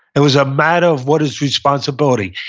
it was a matter of what his responsibility,